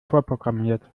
vorprogrammiert